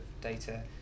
data